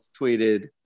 tweeted